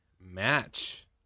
match